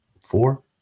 four